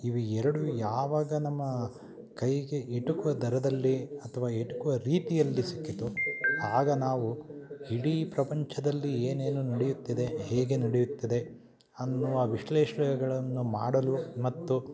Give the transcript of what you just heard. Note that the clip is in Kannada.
ಇವು ಎರಡು ಯಾವಾಗ ನಮ್ಮ ಕೈಗೆ ಎಟಕುವ ದರದಲ್ಲಿ ಅಥ್ವಾ ಎಟಕುವ ರೀತಿಯಲ್ಲಿ ಸಿಕ್ಕಿತೊ ಆಗ ನಾವು ಇಡೀ ಪ್ರಪಂಚದಲ್ಲಿ ಏನೇನು ನಡೆಯುತ್ತಿದೆ ಹೇಗೆ ನಡೆಯುತ್ತದೆ ಅನ್ನುವ ವಿಶ್ಲೇಷ್ಣೇಗಳನ್ನು ಮಾಡಲು ಮತ್ತು